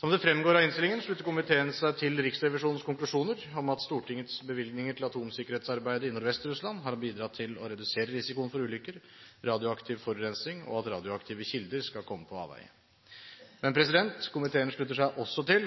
Som det fremgår av innstillingen, slutter komiteen seg til Riksrevisjonens konklusjoner om at Stortingets bevilgninger til atomsikkerhetsarbeidet i Nordvest-Russland har bidratt til å redusere risikoen for ulykker, radioaktiv forurensning og for at radioaktive kilder skal komme på avveier. Komiteen slutter seg også til